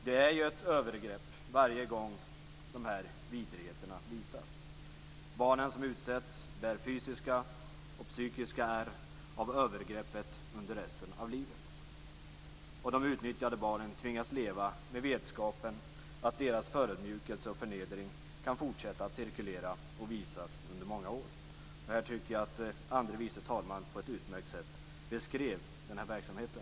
Det är ett övergrepp varje gång de här vidrigheterna visas. Barnen som utsätts bär fysiska och psykiska ärr av övergreppen under resten av livet. De utnyttjade barnen tvingas leva med vetskapen att deras förödmjukelse och förnedring kan fortsätta att cirkulera och visas under många år. Jag tycker att andre vice talman på ett utmärkt sätt beskrev denna verksamhet.